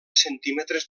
centímetres